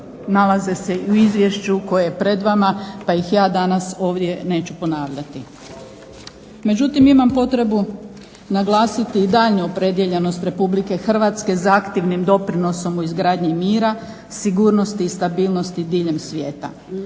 nalaze se i u izvješću koje je pred vama pa ih ja danas ovdje neću ponavljati. Međutim, imam potrebu naglasiti daljnju opredijeljenost Republike Hrvatske za aktivnim doprinosom u izgradnji mira, sigurnosti i stabilnosti diljem svijeta.